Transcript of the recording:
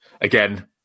again